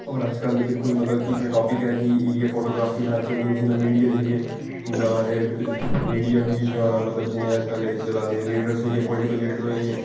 होर अज्जकल ते बिलकुल मतलब कि इ'यां टापिक ऐ कि इ'यै फोटोग्राफी दा अज्जकल जियां मीडिया दिखगे जां एह् मीडिया बी मतलब जिन्ने अज्जकल एह् चला दे लीडर्स होई गे पोलिटिकल लीडर होई गे